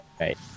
right